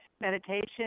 meditation